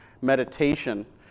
meditation